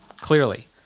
clearly